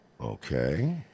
Okay